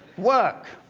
work.